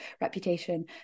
reputation